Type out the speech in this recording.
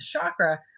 chakra